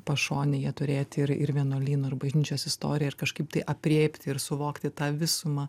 pašonėje turėti ir ir vienuolyno ir bažnyčios istoriją ir kažkaip tai aprėpti ir suvokti tą visumą